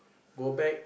go back